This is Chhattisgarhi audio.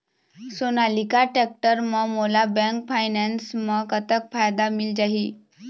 सोनालिका टेक्टर म मोला बैंक फाइनेंस म कतक फायदा मिल जाही?